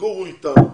יגורו איתם,